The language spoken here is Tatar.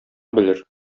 белер